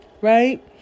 right